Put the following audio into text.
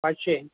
पाचशे